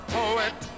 poet